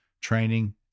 training